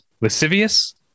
lascivious